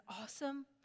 awesome